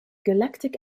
galactic